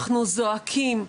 אנחנו זועקים,